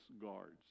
guards